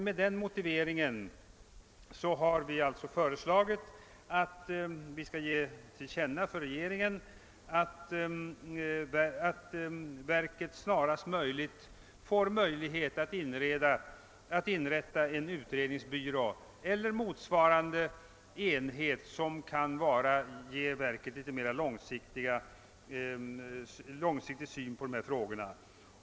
Med den motiveringen har vi föreslagit, att riksdagen skall ge till känna för regeringen, att vid verket snarast bör inrättas en utredningsbyrå eller motsvarande enhet som kan ge verket möjlighet till en mera långsiktig planering.